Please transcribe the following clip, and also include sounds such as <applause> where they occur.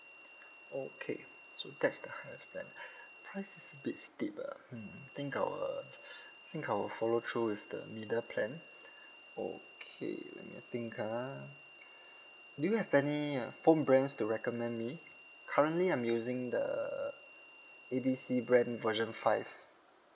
okay so that's the highest plan price is a bit steep ah hmm think I will <breath> think I will follow through with the middle plan okay let me think ah do you have any uh phone brands to recommend me currently I'm using the A B C brand version five